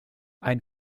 ein